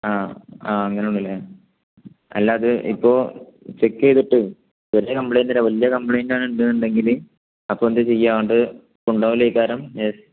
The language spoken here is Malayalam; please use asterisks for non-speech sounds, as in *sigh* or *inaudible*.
ആ ആ അങ്ങനെ ഉണ്ടല്ലേ അല്ല അത് ഇപ്പോൾ ചെക്ക് ചെയ്തിട്ട് വലിയ കംപ്ലെയിന്റ് വലിയ കംപ്ലെയിന്റ് ആണ് എന്നുണ്ടെങ്കിൽ അപ്പം എന്താണ് ചെയ്യുക *unintelligible*